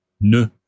ne